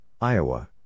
Iowa